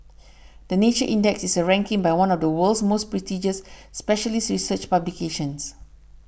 the Nature Index is a ranking by one of the world's most prestigious specialist research publications